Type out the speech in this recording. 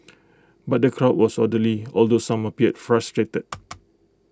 but the crowd was orderly although some appeared frustrated